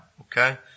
okay